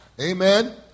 Amen